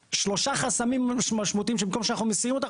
יש שלושה חסמים משמעותיים שבמקום שאנחנו נסיר אותם,